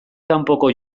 kanpoko